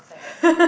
success